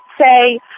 say